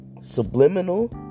subliminal